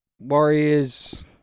Warriors